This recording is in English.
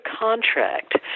contract